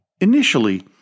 Initially